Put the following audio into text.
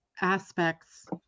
aspects